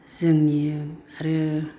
जोंनि आरो